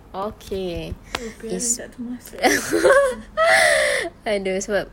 okay insp~ !aduh! sebab